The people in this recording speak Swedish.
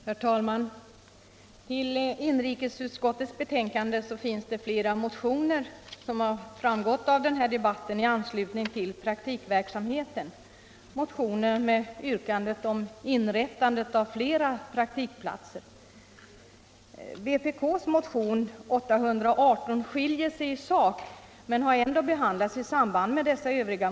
Herr talman! I inrikesutskottets betänkande nr 3 behandlas — vilket har framgått av den här debatten — ett antal motioner med yrkanden om inrättande av flera praktikplatser. Vpk:s motion nr 818 skiljer sig i sak från övriga motioner, men har ändå behandlats i samband med dessa.